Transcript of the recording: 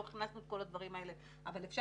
לא הכנסנו את כל הדברים האלה אבל אפשר